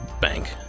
bank